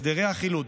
הסדרי החילוט,